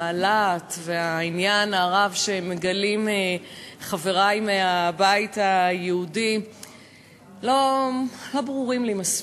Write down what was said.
הלהט והעניין הרב שמגלים חברי מהבית היהודי לא ברורים לי מספיק.